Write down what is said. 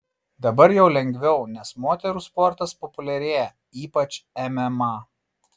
dabar jau lengviau nes moterų sportas populiarėja ypač mma